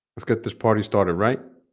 let's get this party started, right